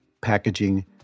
packaging